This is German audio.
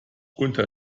unter